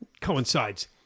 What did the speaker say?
coincides